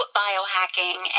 biohacking